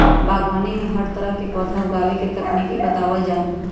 बागवानी में हर तरह के पौधा उगावे के तकनीक बतावल जा हई